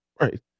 right